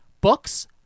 books